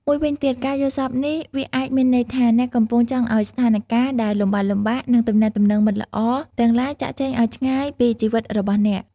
មួយវិញទៀត ការយល់សប្តិនេះ វាអាចមានន័យថា អ្នកកំពុងចង់ឲ្យស្ថានការណ៍ដែលលំបាកៗ និងទំនាក់ទំនងមិនល្អទាំងឡាយ ចាកចេញឲ្យឆ្ងាយពីជីវិតរបស់អ្នក។